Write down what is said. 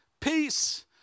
peace